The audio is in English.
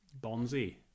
Bonzi